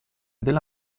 della